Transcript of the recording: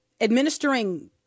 administering